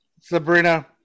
Sabrina